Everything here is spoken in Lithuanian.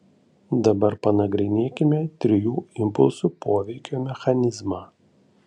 dabar panagrinėkime trijų impulsų poveikio mechanizmą